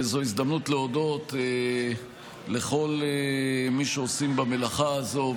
וזו הזדמנות להודות לכל מי שעושים במלאכה הזו,